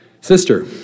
Sister